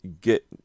get